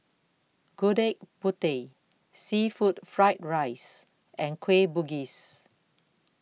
Gudeg Putih Seafood Fried Rice and Kueh Bugis